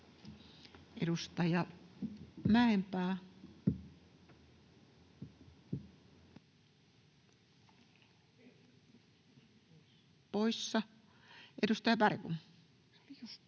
Edustaja Mäenpää, poissa. — Edustaja Berg.